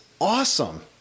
awesome